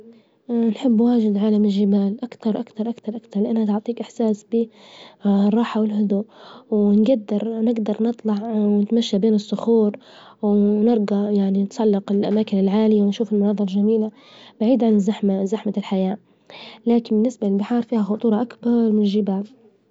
نحب واجد عالم الجبال أكتر أكتر أكتر أكتر لأنه رح يعطيك إحساس الراحة والهدوء، ونجدر نجدر نطلع ونتمشى بين الصخور ونرجى يعني نتسلق الأماكن العالية، ونشوف المناظر الجميلة، بعيد عن زحمة الحياة، لكن بالنسبة للبحار فيها خطورة أكتر من الجبال.